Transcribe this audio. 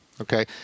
okay